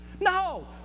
No